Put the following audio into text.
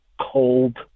cold